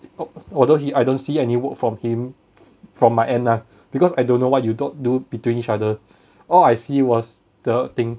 al~ although he I don't see any work from him from my end lah because I don't know why you don't do between each other all I see was the thing